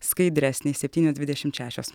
skaidresnei septynios dvidešimt šešios